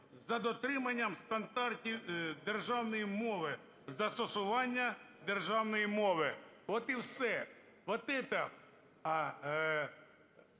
за дотриманням стандартів державної мови, застосування державної мови. От і все.